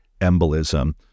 embolism